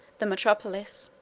the metropolis.